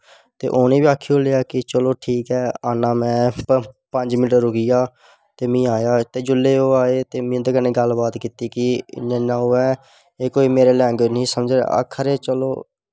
ते उनें बी आक्खी ओड़ेआ कि आना में पंज मिन्ट रुकी जा में आया ते जिसलै ओह् आए ते में उंदे कन्नै गल्ल बात कीती इयां इयां ओ ऐ एह् मेंरी केई लैंगवेज़ बी समझा दे आक्खा दे चलो